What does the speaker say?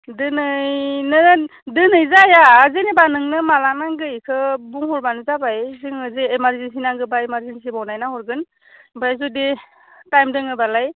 दिनै नोङो दिनै जाया जेनेबा नोंनो माला नांगौ बेखौ बुंहरबानो जाबाय जोङो जे इमारजेनसि नांगौबा इमारजेनसि बनायना हरगोन ओमफ्राय जुदि टाइम दङबालाय